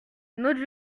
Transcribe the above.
notre